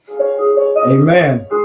Amen